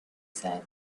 said